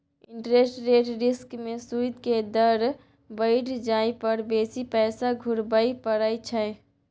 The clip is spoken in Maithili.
इंटरेस्ट रेट रिस्क में सूइद के दर बइढ़ जाइ पर बेशी पैसा घुरबइ पड़इ छइ